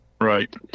Right